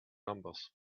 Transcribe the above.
numbers